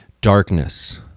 darkness